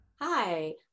Hi